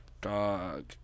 Dog